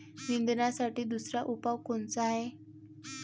निंदनासाठी दुसरा उपाव कोनचा हाये?